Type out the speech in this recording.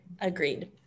Agreed